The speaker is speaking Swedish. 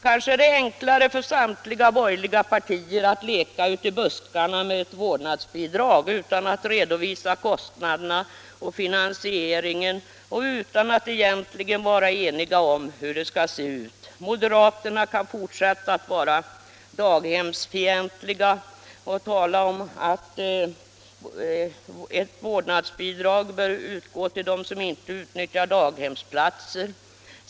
Kanske är det enklare för samtliga borgerliga partier att leka ute i buskarna med ett vårdnadsbidrag utan att redovisa kostnaderna och finansieringen och utan att egentligen vara eniga om hur det skall se ut. Moderaterna kan fortsätta att vara daghemsfientliga och tala om att vårdnadsbidrag bör utgå till dem som ej utnyttjar daghemsplatser.